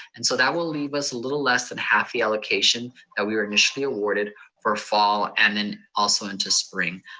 and so that will leave us a little less than half the allocation that we were initially awarded for fall and then also into spring.